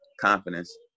confidence